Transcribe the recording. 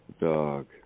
dog